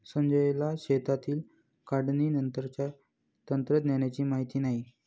संजयला शेतातील काढणीनंतरच्या तंत्रज्ञानाची माहिती नाही